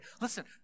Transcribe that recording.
Listen